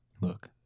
Look